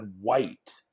white